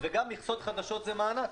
שהמדינה נותנת, וגם מכסות חדשות זה מענק.